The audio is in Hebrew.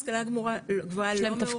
המועצה להשכלה גבוהה לא מעורבים,